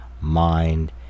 mind